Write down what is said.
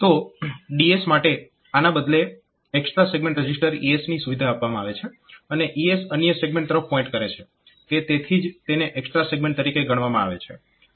તો DS માટે આના બદલે એક્સ્ટ્રા સેગમેન્ટ રજીસ્ટર ES ની સુવિધા આપવામાં આવે છે અને ES અન્ય સેગમેન્ટ તરફ પોઇન્ટ કરે છે કે તેથી જ તેને એક્સ્ટ્રા સેગમેન્ટ તરીકે ગણવામાં આવે છે